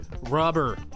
rubber